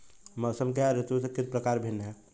मौसम क्या है यह ऋतु से किस प्रकार भिन्न है?